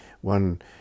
one